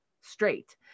straight